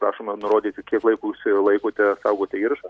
prašome nurodyti kiek laiko jūs laikote saugote įrašą